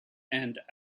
and